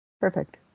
Perfect